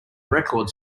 record